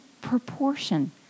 proportion